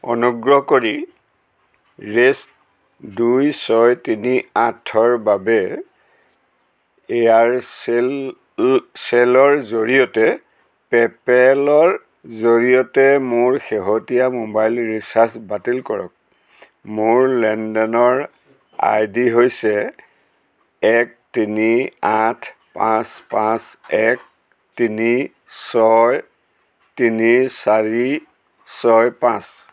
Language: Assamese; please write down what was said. অনুগ্ৰহ কৰি ৰেছ দুই ছয় তিনি আঠৰ বাবে এয়াৰচেল চেলৰ জৰিয়তে পেপেল'ৰ জৰিয়তে মোৰ শেহতীয়া মোবাইল ৰিচাৰ্জ বাতিল কৰক মোৰ লেনদেনৰ আই ডি হৈছে এক তিনি আঠ পাঁচ পাঁচ এক তিনি ছয় তিনি চাৰি ছয় পাঁচ